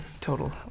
Total